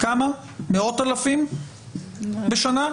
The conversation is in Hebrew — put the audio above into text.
מאות אלפים בשנה?